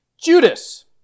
Judas